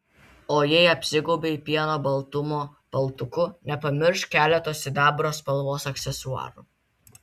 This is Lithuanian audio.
o jei apsigaubei pieno baltumo paltuku nepamiršk keleto sidabro spalvos aksesuarų